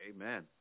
Amen